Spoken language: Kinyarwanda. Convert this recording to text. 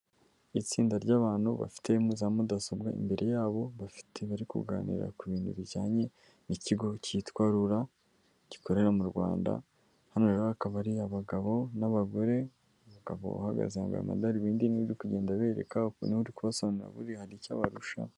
Itsinda rya'abantu bafite muri za mudasobwa imbere yabo, bafite bari kuganira ku bintu bijyanye n'ikigo cyitwa rura. Gikorera mu Rwanda, hano rero hakaba hari abagabo, n'abagore, umugabo uhagaze yambaye amadarubindi niwe uri kugenda bereka, ukuntu uri kugenda abasobanurira buriya hari icyo abarusha.